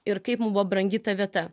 ir kaip mum buvo brangi ta vieta